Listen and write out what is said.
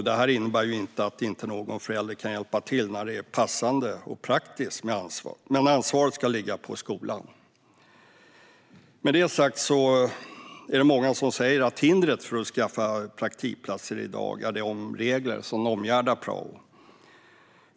Det innebär inte att inte någon förälder kan hjälpa till när det är passande och praktiskt, men ansvaret ska ligga på skolan. Många säger att hindret för att skaffa praktikplatser är de regler som omgärdar prao.